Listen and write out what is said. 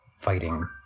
fighting